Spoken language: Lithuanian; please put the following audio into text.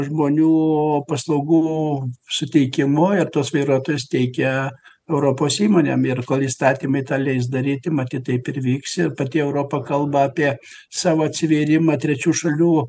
žmonių o paslaugų suteikimo ir tuos vairuotojus teikia europos įmonėm ir kol įstatymai tą leis daryti matyt taip ir vyks ir pati europa kalba apie savo atsivėrimą trečių šalių